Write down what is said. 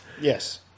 Yes